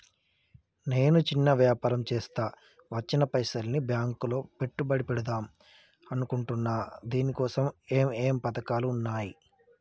నేను చిన్న వ్యాపారం చేస్తా వచ్చిన పైసల్ని బ్యాంకులో పెట్టుబడి పెడదాం అనుకుంటున్నా దీనికోసం ఏమేం పథకాలు ఉన్నాయ్?